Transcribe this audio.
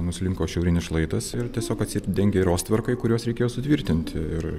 nuslinko šiaurinis šlaitas ir tiesiog atsidengi rostverkai kuriuos reikėjo sutvirtinti ir